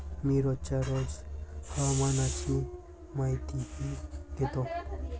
मी रोजच्या रोज हवामानाची माहितीही घेतो